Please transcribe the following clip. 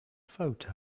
photo